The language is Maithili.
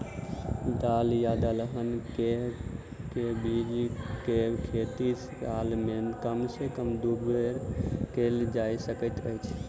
दल या दलहन केँ के बीज केँ खेती साल मे कम सँ कम दु बेर कैल जाय सकैत अछि?